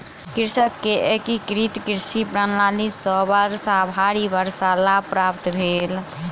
कृषक के एकीकृत कृषि प्रणाली सॅ वर्षभरि वर्ष लाभ प्राप्त भेल